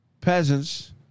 peasants